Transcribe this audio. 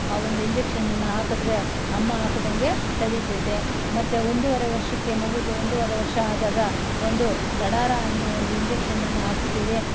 ಆ ಒಂದು ಇಂಜೆಕ್ಷನನ್ನು ಹಾಕಿದರೆ ಅಮ್ಮ ಆಗದಂತೆ ತಡೀತೈತೆ ಮತ್ತು ಒಂದೂವರೆ ವರ್ಷಕ್ಕೆ ಮಗೂಗೆ ಒಂದೂವರೆ ವರ್ಷ ಆದಾಗ ಒಂದು ದಢಾರ ಅನ್ನೋ ಒಂದು ಇಂಜೆಕ್ಷನನ್ನು ಹಾಕಿಸ್ತೀವಿ